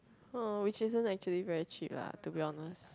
uh which isn't actually very cheap lah to be honest